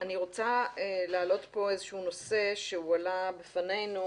אני רוצה להעלות כאן איזשהו נושא שהועלה בפנינו